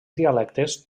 dialectes